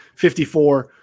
54